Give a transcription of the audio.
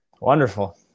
Wonderful